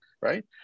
right